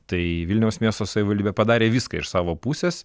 tai vilniaus miesto savivaldybė padarė viską iš savo pusės